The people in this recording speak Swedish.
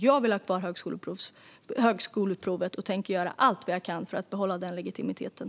Jag vill ha kvar högskoleprovet och tänker göra allt jag kan för att behålla den legitimiteten.